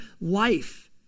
life